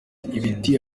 bifite